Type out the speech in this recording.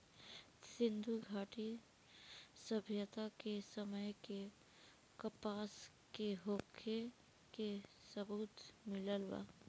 सिंधुघाटी सभ्यता के समय में कपास के होखे के सबूत मिलल बा